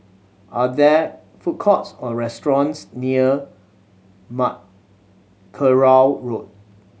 are there food courts or restaurants near Mackerrow Road